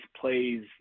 plays